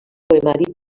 poemari